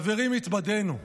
חברים, התבדינו.